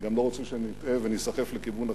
אני גם לא רוצה שנטעה וניסחף לכיוון אחר.